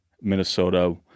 Minnesota